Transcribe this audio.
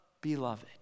beloved